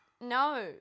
no